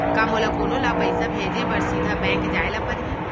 का मोला कोनो ल पइसा भेजे बर सीधा बैंक जाय ला परही?